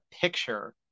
picture